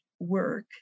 work